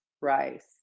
rice